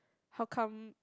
how come